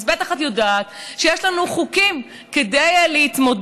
אז בטח את יודעת שיש לנו חוקים כדי להתמודד